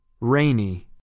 Rainy